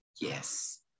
Yes